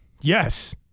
Yes